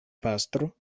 pastro